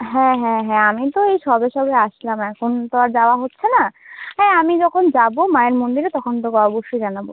হ্যাঁ হ্যাঁ হ্যাঁ আমি তো এই সবে সবে আসলাম এখন তো আর যাওয়া হচ্ছে না হ্যাঁ আমি যখন যাবো মায়ের মন্দিরে তখন তোকে অবশ্যই জানাবো